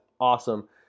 awesome